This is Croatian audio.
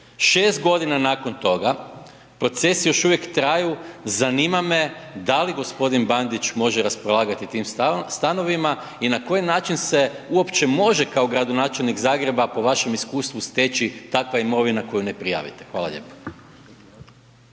6 godina nakon toga procesi još uvijek traju. Zanima me da li gospodin Bandić može raspolagati tim stanovima i na koji način se uopće može kao gradonačelnik Zagreba po vašem iskustvu steći takva imovina koju ne prijavite? Hvala lijepo.